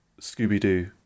Scooby-Doo